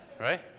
Right